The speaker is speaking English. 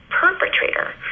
perpetrator